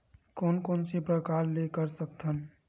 कोन कोन से प्रकार ले कर सकत हन?